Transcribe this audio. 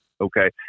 okay